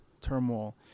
turmoil